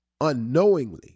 unknowingly